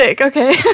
Okay